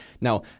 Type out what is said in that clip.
Now